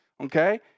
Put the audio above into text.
okay